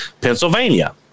Pennsylvania